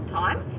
time